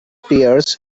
pears